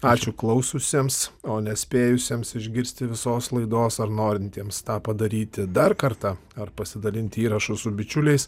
ačiū klausiusiems o nespėjusiems išgirsti visos laidos ar norintiems tą padaryti dar kartą ar pasidalinti įrašu su bičiuliais